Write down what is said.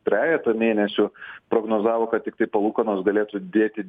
trejetą mėnesių prognozavo kad tiktai palūkanos galėtų didėti